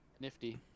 nifty